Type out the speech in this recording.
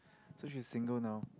so she is single now